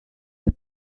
des